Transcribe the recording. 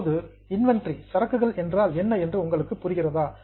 இப்போது இன்வெண்டரி சரக்குகள் என்றால் என்ன என்று உங்களுக்குப் புரிகிறதா